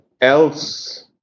else